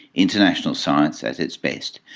international science at its best,